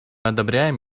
одобряем